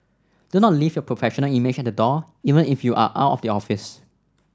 do not leave your professional image at the door even if you are out of the office